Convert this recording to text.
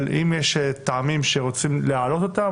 אבל אם יש טעמים שרוצים להעלות אותם,